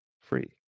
free